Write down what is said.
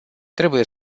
trebuie